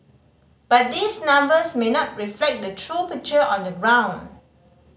but these numbers may not reflect the true picture on the ground